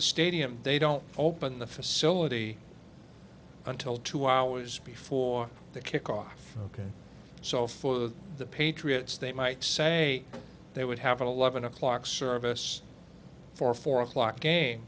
the stadium they don't open the facility until two hours before the kickoff ok so for the patriots they might say they would have eleven o'clock service for four o'clock game